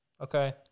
Okay